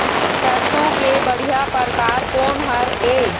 सरसों के बढ़िया परकार कोन हर ये?